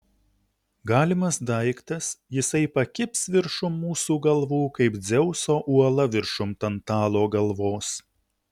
galimas daiktas jisai pakibs viršum mūsų galvų kaip dzeuso uola viršum tantalo galvos